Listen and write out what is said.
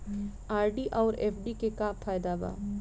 RD आउर FD के का फायदा बा?